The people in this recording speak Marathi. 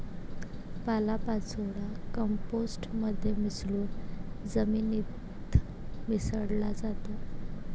पालापाचोळा कंपोस्ट मध्ये मिसळून जमिनीत मिसळला जातो